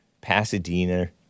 Pasadena